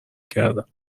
کردم